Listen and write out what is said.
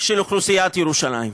של אוכלוסיית ירושלים.